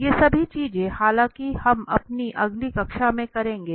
ये सभी चीजें हालांकि हम अपनी अगली कक्षा में करेंगे